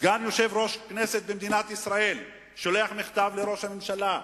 סגן יושב-ראש הכנסת במדינת ישראל שולח מכתב לראש הממשלה,